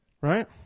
right